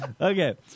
Okay